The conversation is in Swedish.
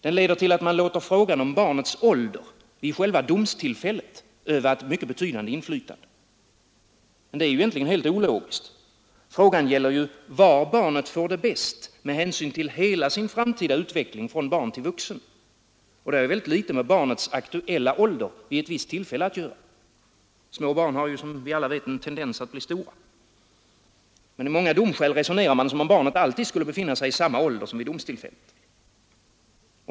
Den leder till att man låter frågan om barnets ålder vid själva domstillfället öva ett mycket betydande inflytande. Det är ju egentligen helt ologiskt. Frågan gäller ju var barnet får det bäst med hänsyn till hela sin framtida utveckling från barn till vuxen. Och det har ju mycket litet med barnets aktuella ålder vid ett visst tillfälle att göra. Små barn har som vi alla vet en tendens att bli stora. Men i många domskäl resonerar man som om barnet alltid skulle befinna sig i samma ålder som vid domstillfället.